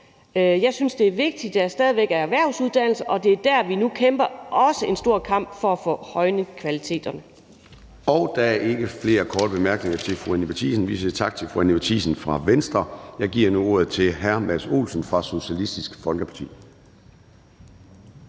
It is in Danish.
Jeg synes, det er vigtigt, at der stadig væk er erhvervsuddannelser, og det er der, vi nu kæmper en stor kamp også for at få højnet kvaliteten.